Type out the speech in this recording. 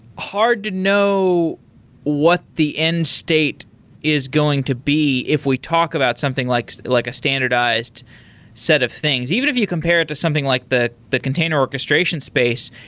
hard to know what the end state is going to be if we talk about something like like a standardized set of things, even if you compare it to something like the the container orchestration space.